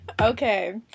Okay